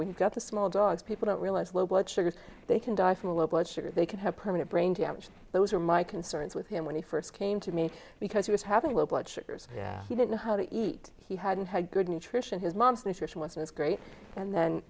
when you've got the small dogs people don't realize low blood sugar they can die from low blood sugar they can have permanent brain damage those are my concerns with him when he first came to me because he was having low blood sugars he didn't know how to eat he hadn't had good nutrition his mom's nutrition wasn't as great and then